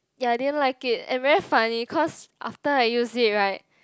ya I didn't like it and very funny cause after I use it right